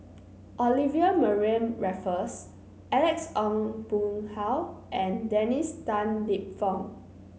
Olivia Mariamne Raffles Alex Ong Boon Hau and Dennis Tan Lip Fong